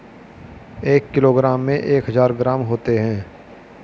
एक किलोग्राम में एक हजार ग्राम होते हैं